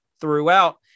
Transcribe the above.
throughout